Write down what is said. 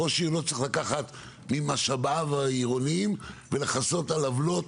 ראש עיר לא צריך לקחת ממשאביו העירוניים ולכסות על עוולות